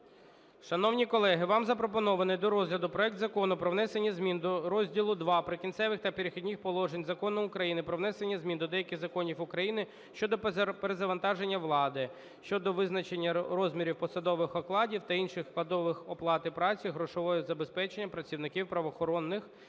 Шановні колеги, вам запропонований до розгляду проект Закону про внесення змін до Розділу ІІ "Прикінцеві та перехідні положення" Закону України "Про внесення змін до деяких законів України щодо перезавантаження влади" (щодо визначення розмірів посадових окладів та інших складових оплати праці, грошового забезпечення працівників правоохоронних та